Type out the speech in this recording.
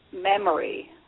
memory